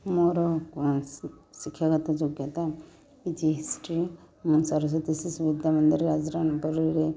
ମୋର ଶିକ୍ଷାଗତ ଯୋଗ୍ୟତା P G history Saraswati Shishu Vidyamandir ରାଜରଣପୁରରେ